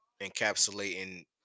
encapsulating